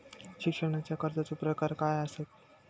शिक्षणाच्या कर्जाचो प्रकार काय आसत?